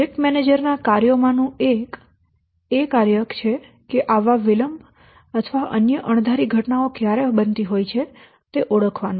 project manager નાં કાર્યોમાંનું એક કાર્ય એ છે કે આ વિલંબ અથવા અન્ય અણધારી ઘટનાઓ ક્યારે બનતી હોય છે તે ઓળખવું